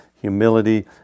humility